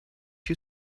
you